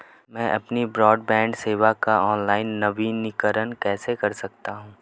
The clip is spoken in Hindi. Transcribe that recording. मैं अपनी ब्रॉडबैंड सेवा का ऑनलाइन नवीनीकरण कैसे कर सकता हूं?